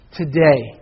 today